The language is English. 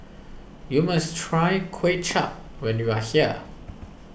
you must try Kway Chap when you are here